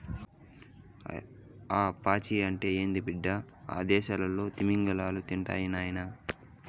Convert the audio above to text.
ఆ పాచి అంటే ఏంది బిడ్డ, అయ్యదేసాల్లో తిమింగలాలు తింటాయి నాయనా